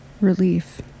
relief